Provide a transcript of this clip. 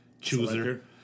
chooser